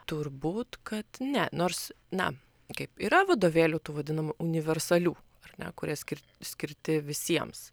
turbūt kad ne nors na kaip yra vadovėlių tų vadinamų universalių ar ne kurie skir skirti visiems